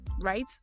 right